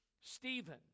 Stephen